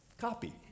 copy